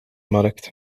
markt